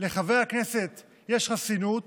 לחבר הכנסת יש חסינות,